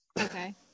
Okay